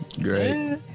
great